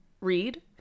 read